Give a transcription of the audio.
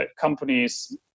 companies